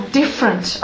different